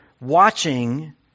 watching